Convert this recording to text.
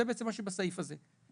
זה מה שבסעיף הזה.